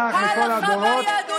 מי שואל אותך מה לדבר פה מעל הדוכן?